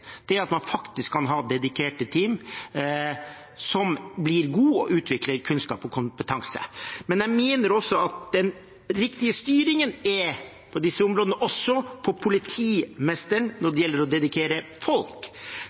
det at man faktisk kan ha dedikerte team som blir gode og utvikler kunnskap og kompetanse. Jeg mener at den riktige styringen på disse områdene er hos politimesteren når det gjelder å dedikere folk.